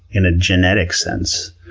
in a genetic sense,